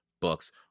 books